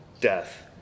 death